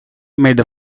made